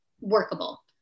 workable